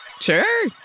Sure